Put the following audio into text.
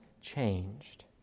changed